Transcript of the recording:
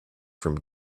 from